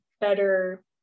better